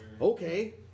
okay